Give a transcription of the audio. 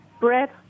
bread